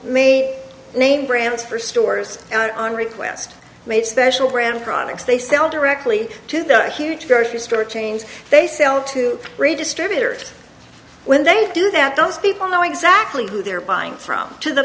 may name brands for stores and i'm request made special brand products they sell directly to their huge grocery store chains they sell to distributors when they do that does people know exactly who they're buying from to the